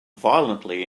violently